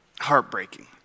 heartbreaking